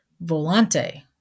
Volante